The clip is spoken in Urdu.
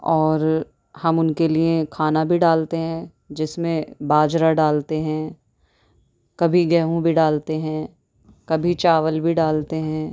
اور ہم ان کے لیے کھانا بھی ڈالتے ہیں جس میں باجرہ ڈالتے ہیں کبھی گیہوں بھی ڈالتے ہیں کبھی چاول بھی ڈالتے ہیں